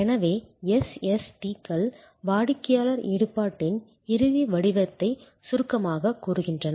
எனவே SST கள் வாடிக்கையாளர் ஈடுபாட்டின் இறுதி வடிவத்தை சுருக்கமாகக் கூறுகின்றன